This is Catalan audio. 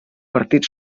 partit